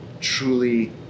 truly